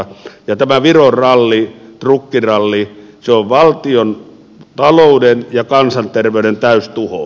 ja tämän viron ralli trukkiralli on valtiontalouden ja kansanterveyden täystuho